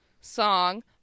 song